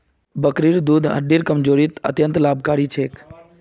बकरीर दूध हड्डिर कमजोरीत अत्यंत लाभकारी छेक